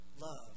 Love